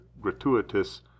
gratuitous